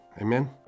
Amen